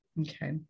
Okay